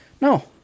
No